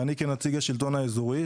ואני כנציג השלטון האזורי,